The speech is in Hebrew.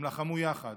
הם לחמו יחד,